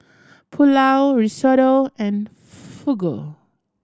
Pulao Risotto and Fugu